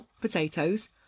potatoes